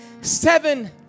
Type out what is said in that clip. seven